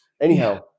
Anyhow